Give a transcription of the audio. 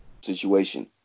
situation